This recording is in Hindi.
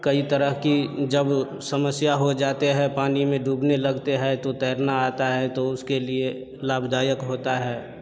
कई तरह की जब समस्या हो जाती हैं पानी में डूबने लगते हैं तो तैरना आता है तो उसके लिए लाभदायक होता है